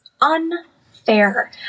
Unfair